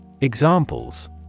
Examples